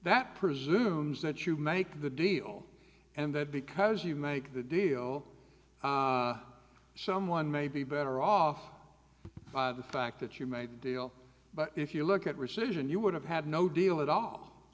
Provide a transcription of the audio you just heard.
that presumes that you make the deal and that because you make the deal someone may be better off the fact that you made a deal but if you look at rescission you would have had no deal at all